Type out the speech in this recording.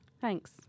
Thanks